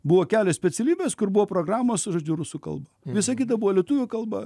buvo kelios specialybės kur buvo programos žodžiu rusų kalba visa kita buvo lietuvių kalba